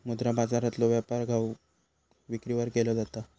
मुद्रा बाजारातलो व्यापार घाऊक विक्रीवर केलो जाता